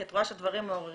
כי את רואה שהדברים מעוררים